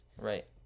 Right